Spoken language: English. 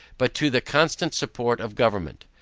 but to the constant support of government.